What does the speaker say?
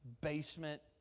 basement